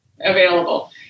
available